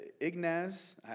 Ignaz